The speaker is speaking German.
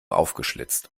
aufgeschlitzt